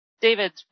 David